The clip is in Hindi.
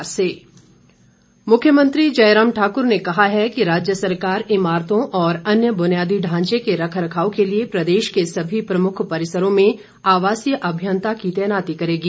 मुख्यमंत्री मुख्यमंत्री जयराम ठाकुर ने कहा है कि राज्य सरकार ईमारतों और अन्य बुनियादी ढांचे के रखरखाव के लिए प्रदेश के सभी प्रमुख परिसरों में आवासीय अभियंता की तैनाती करेगी